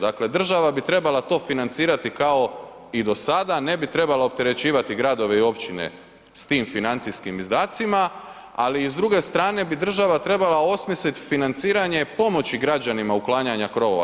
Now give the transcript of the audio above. Dakle, država bi trebala to financirati kao i do sada, ne bi trebala opterećivati gradove i općine s tim financijskim izdacima, ali i s druge strane bi država trebala osmisliti financiranje pomoći građanima uklanjanja krovova.